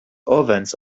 ovens